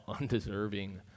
undeserving